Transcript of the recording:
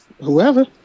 Whoever